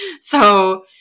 So-